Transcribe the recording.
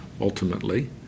ultimately